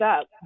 up